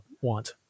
want